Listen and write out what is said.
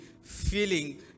feeling